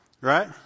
Right